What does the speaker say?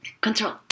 control